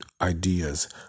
ideas